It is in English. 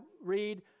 read